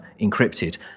encrypted